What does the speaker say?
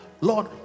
Lord